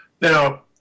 Now